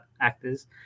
actors